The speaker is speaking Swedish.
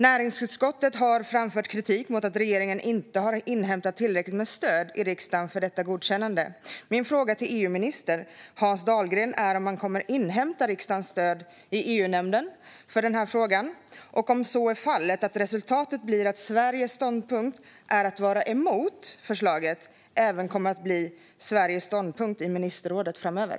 Näringsutskottet har framfört kritik mot att regeringen inte har inhämtat tillräckligt med stöd i riksdagen för detta godkännande. Min fråga till EU-minister Hans Dahlgren är om man kommer att inhämta riksdagens stöd i EU-nämnden för den här frågan och, om så är fallet, att resultatet blir att Sveriges ståndpunkt att vara emot förslaget även kommer att bli Sveriges ståndpunkt i ministerrådet framöver.